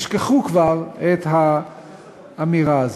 ישכחו כבר את האמירה הזאת.